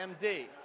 MD